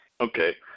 Okay